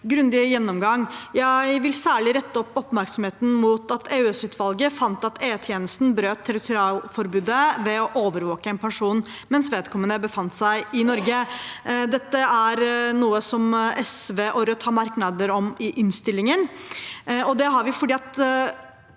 grundig gjennomgang. Jeg vil særlig rette oppmerksomheten mot at EOSutvalget fant at E-tjenesten brøt territorialforbudet ved å overvåke en person mens vedkommende befant seg i Norge. Dette er noe som SV og Rødt har merknader om i innstillingen,